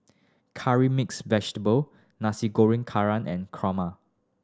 Curry Mixed Vegetable Nasi Goreng Kerang and kurma